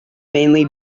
mainly